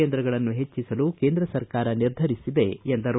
ಕೇಂದ್ರಗಳನ್ನು ಹೆಚ್ಚಿಸಲು ಕೇಂದ್ರ ಸರ್ಕಾರ ನಿರ್ಧರಿಸಿದೆ ಎಂದರು